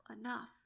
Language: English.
enough